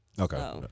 Okay